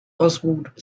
oswald